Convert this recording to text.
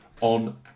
on